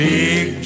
Big